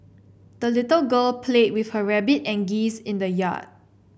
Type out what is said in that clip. the little girl played with her rabbit and geese in the yard